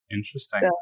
Interesting